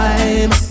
Time